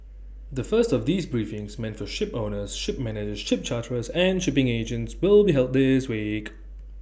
the first of these briefings meant for shipowners ship managers ship charterers and shipping agents will be held this week